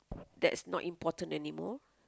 that's not important anymore